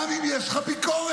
גם אם יש לך ביקורת,